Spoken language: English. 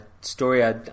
story